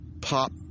pop